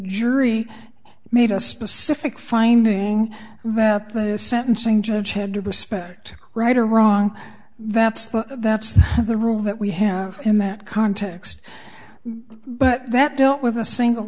jury made a specific finding that the sentencing judge had to respect right or wrong that's that's the rule that we had in that context but that dealt with a single